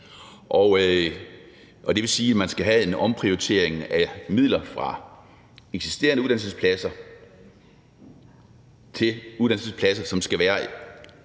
det vil sige, at man skal have en omprioritering af midler fra eksisterende uddannelsespladser til uddannelsespladser, som skal være